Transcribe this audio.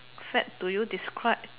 fad do you describe